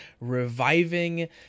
reviving